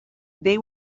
they